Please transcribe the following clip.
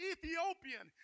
Ethiopian